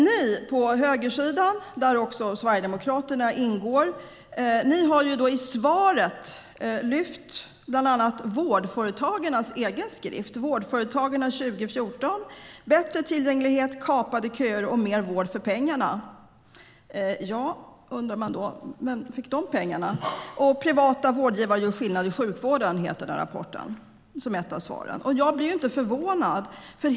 Ni på högersidan, där också Sverigedemokraterna ingår, har i svaret lyft fram bland annat Vårdföretagarnas egen skrift för Vårdföretagarna 2014 Bättre tillgänglighet, kapade köer och mer vård för pengarna - Privata vårdgivare gör skillnad i sjukvården . Man undrar vem som fick de pengarna. Jag blir inte förvånad.